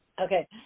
Okay